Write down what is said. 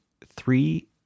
three